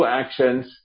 actions